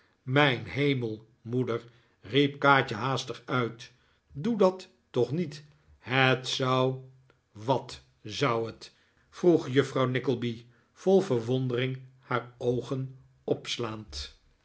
mijn hemel moeder riep kaatje haastig doe dat toch niet het zou wat zou het vroeg juffrouw nickleby vol verwondering haar oogen opslaand